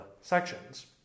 sections